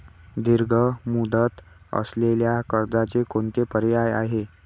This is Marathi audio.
दीर्घ मुदत असलेल्या कर्जाचे कोणते पर्याय आहे?